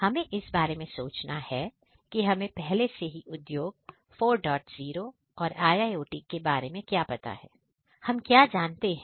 हमें इस बारे में सोचना है कि हमें पहले से ही उद्योग और 40 और IIOT के बारे में क्या पता है हम क्या जानते हैं